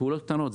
פעולות קטנות,